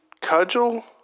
Cudgel